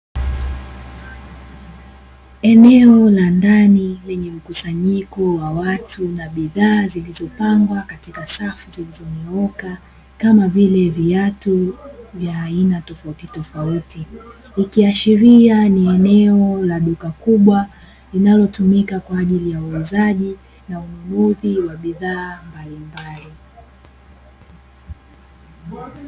Eneo la ndani lenye mkusanyiko wa watu na bidhaa zilizopangwa katika safu zilizonyooka kama vile viatu vya aina tofautitofauti, ikiashiria ni eneo la duka kubwa linalotumika kwaajili ya uuzaji na ununuzi wa bidhaa mbalimbali.